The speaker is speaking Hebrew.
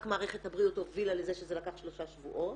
מערכת הבריאות הובילה לזה שזה לקח שלושה שבועות.